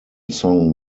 song